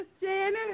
Janet